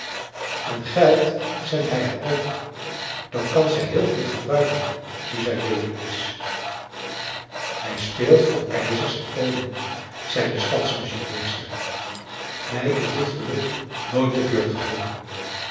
en geld zendt hij haar ook dat kan zij heel goed gebruiken nu zij weduwe is hij speelt voor keizers en koningen zei de stadsmuziekmeester mij is dit geluk nooit te beurt gevallen